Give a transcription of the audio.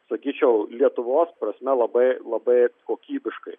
sakyčiau lietuvos prasme labai labai kokybiškai